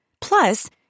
Plus